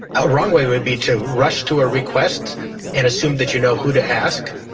a wrong way would be to rush to a request and assume that you know who to ask.